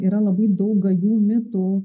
yra labai daug gajų mitų